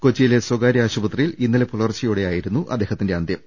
കൊച്ചിയിലെ സ്വകാര്യ ആശുപത്രിയിൽ ഇന്നലെ പുലർച്ച ന യോടെയായിരുന്നു അദ്ദേഹത്തിന്റെ അന്ത്യം